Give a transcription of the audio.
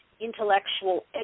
intellectual